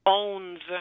owns